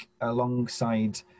alongside